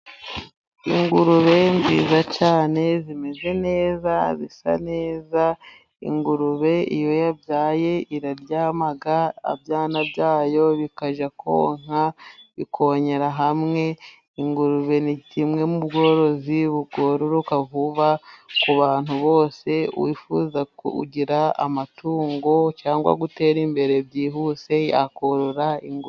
Ingurube nziza cyane zimeze neza zisa neza, ingurube iyo yabyaye iraryama ibyana byayo bikajya konka, bikonkera hamwe ingurube ni kimwe mubworozi bwororoka vuba ku bantu bose ,uwifuza kugira amatungo cyangwa gutera imbere byihuse yakorora ingurube.